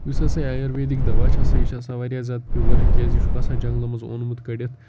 یُس ہَسا یہِ آیورویدِک دَوا چھِ آسان یہِ چھِ آسان واریاہ زیادٕ پِیُور کیٛازِ یہِ چھُکھ آسان جںٛگلہٕ منٛز اوٚنمُت کٔڑِتھ